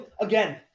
Again